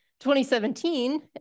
2017